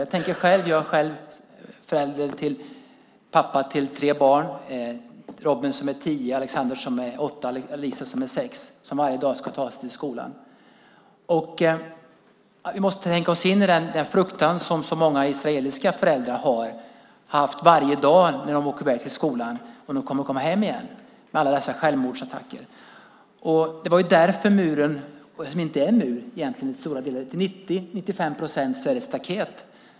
Jag är själv pappa till tre barn - Robin som är tio år, Alexander som är åtta och Lisa som är sex - som varje dag ska ta sig till skolan. Vi måste tänka oss in i den fruktan som så många israeliska föräldrar har haft varje dag med tanke på alla självmordsattacker: Kommer mina barn hem från skolan igen? Det var ju därför muren kom till. Den är förresten till största delen inte någon mur. 90-95 procent av den är ett staket.